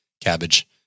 cabbage